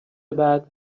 بعد